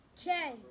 Okay